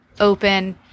open